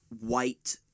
white